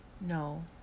No